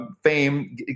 fame